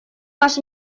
наш